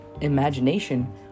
imagination